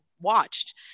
watched